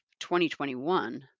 2021